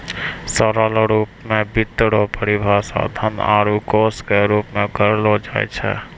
सरल रूप मे वित्त रो परिभाषा धन आरू कोश के रूप मे करलो जाय छै